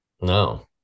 No